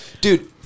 dude